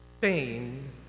Pain